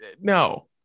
no